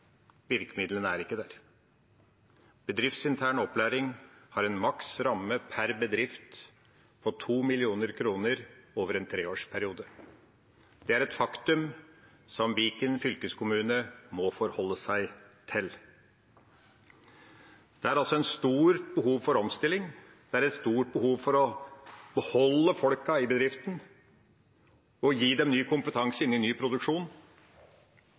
virkemidlene er ikke der. Bedriftsintern opplæring har en maksramme per bedrift på 2 mill. kr over en treårsperiode. Det er et faktum som Viken fylkeskommune må forholde seg til. Det er et stort behov for omstilling og et stort behov for å beholde folkene i bedriften og å gi dem ny kompetanse inn i ny produksjon.